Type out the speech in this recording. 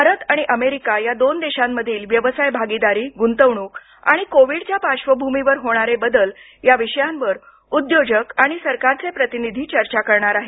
भारत आणि अमेरिका या दोन देशांतील व्यवसाय भागीदारी गुंतवणूक आणि कोविडच्या पार्श्वभूमीवर होणारे बदल या विषयांवर उद्योजक आणि सरकारचे प्रतिनिधि चर्चा करणार आहेत